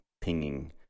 pinging